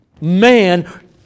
man